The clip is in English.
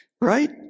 Right